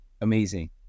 amazing